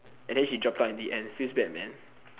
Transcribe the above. and then she dropped out in the end feels bad man